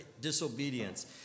disobedience